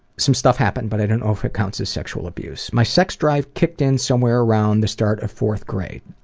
some stuff happened, but i don't know ah if it counts as sexual abuse. my sex drive kicked in somewhere around the start of fourth grade.